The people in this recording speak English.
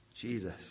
Jesus